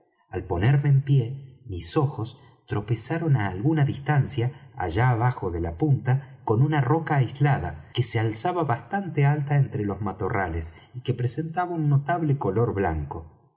al ponerme en pie mis ojos tropezaron á alguna distancia allá abajo de la punta con una roca aislada que se alzaba bastante alta entre los matorrales y que presentaba un notable color blanco